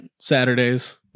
Saturdays